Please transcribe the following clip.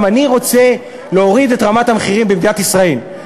גם אני רוצה להוריד את רמת המחירים במדינת ישראל.